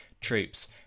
troops